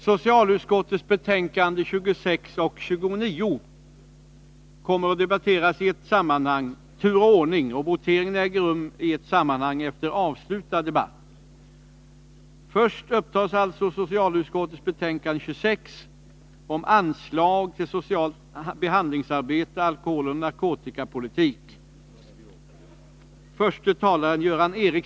Socialutskottets betänkanden 26 och 29 kommer att debatteras i tur och ordning, och voteringarna äger rum i ett sammanhang efter avslutad debatt. Först upptas alltså socialutskottets betänkande 26 om anslag till socialt behandlingsarbete, alkoholoch narkotikapolitik.